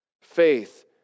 Faith